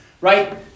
Right